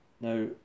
Now